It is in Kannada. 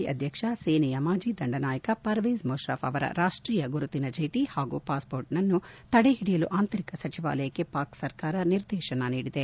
ಪಾಕಿಸ್ಥಾನದ ಮಾಜಿ ಅಧ್ಯಕ್ಷ ಸೇನೆಯ ಮಾಜಿ ದಂಡನಾಯಕ ಪರ್ವೇಜ್ ಮುಷರಫ್ ಅವರ ರಾಷ್ಷೀಯ ಗುರುತಿನ ಚೀಟ ಹಾಗೂ ಪಾಸ್ಪೋರ್ಟ್ಗಳನ್ನು ತಡೆ ಹಿಡಿಯಲು ಆಂತರಿಕ ಸಚಿವಾಲಯಕ್ಕೆ ಪಾಕ್ ಸರ್ಕಾರ ನಿದೇರ್ಶನ ನೀಡಿದೆ